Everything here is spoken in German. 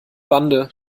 bande